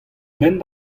benn